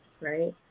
right